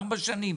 ארבע שנים?